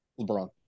LeBron